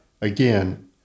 Again